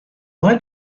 why